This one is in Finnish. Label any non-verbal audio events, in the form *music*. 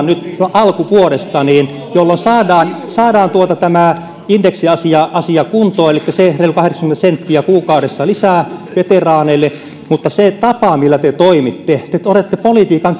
*unintelligible* nyt alkuvuodesta jolloin saadaan saadaan tämä indeksiasia kuntoon elikkä se reilu kahdeksankymmentä senttiä kuukaudessa lisää veteraaneille mutta se tapa millä te toimitte te otatte politiikan *unintelligible*